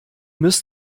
müsst